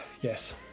Yes